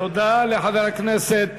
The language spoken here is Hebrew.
תודה לחבר הכנסת